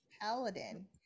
Paladin